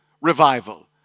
Revival